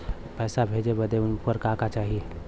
पैसा भेजे बदे उनकर का का चाही?